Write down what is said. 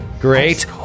Great